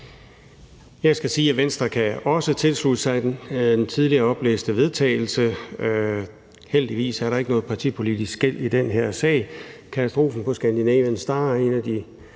Jeg skal sige, at Venstre også kan tilslutte sig den tidligere oplæste vedtagelse. Heldigvis er der ikke noget partipolitisk skel i den her sag. Katastrofen på »Scandinavian Star« er en af de